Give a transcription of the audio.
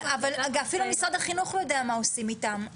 אפילו משרד החינוך לא יודע מה עושים איתם,